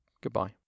Goodbye